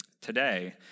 today